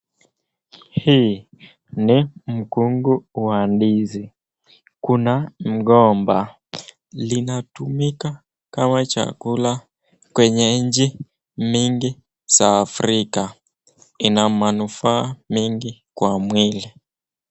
Hii ni mkungu wa ndizi, kuna mgomba linatumika kama chakula kwenye nchi nyingi za Afrika. Zina manufaa mingi kwa mwili.